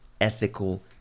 ethical